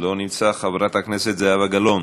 לא נמצא, חברת הכנסת זהבה גלאון,